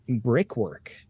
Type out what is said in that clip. brickwork